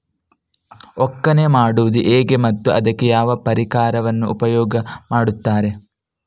ಒಕ್ಕಣೆ ಮಾಡುವುದು ಹೇಗೆ ಮತ್ತು ಅದಕ್ಕೆ ಯಾವ ಪರಿಕರವನ್ನು ಉಪಯೋಗ ಮಾಡುತ್ತಾರೆ?